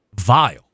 vile